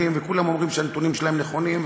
וכולם אומרים שהנתונים שלהם נכונים,